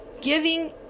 giving